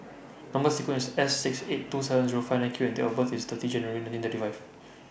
Number sequence IS S six eight two seven Zero five nine Q and Date of birth IS thirty January nineteen thirty five